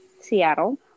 Seattle